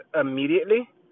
immediately